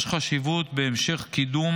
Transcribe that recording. יש חשיבות בהמשך קידום